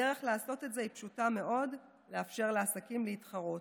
הדרך לעשות זאת היא פשוטה מאוד: לאפשר לעסקים להתחרות.